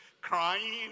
crying